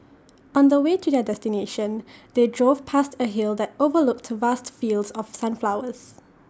on the way to their destination they drove past A hill that overlooked vast fields of sunflowers